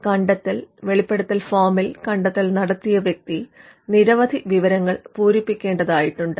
അതായത് കണ്ടെത്തൽ വെളിപ്പെടുത്തൽ ഫോമിൽ കണ്ടെത്തൽ നടത്തിയ വ്യക്തി നിരവധി വിവരങ്ങൾ പൂരിപ്പിക്കേണ്ടതായിത്തുണ്ട്